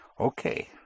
Okay